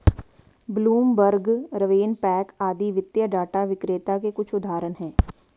Bloomberg, RavenPack आदि वित्तीय data विक्रेता के कुछ उदाहरण हैं